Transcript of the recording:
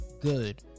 good